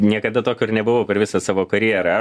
niekada tokiu ir nebuvau per visą savo karjerą